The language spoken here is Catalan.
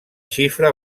xifra